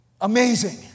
Amazing